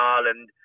Ireland